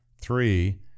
Three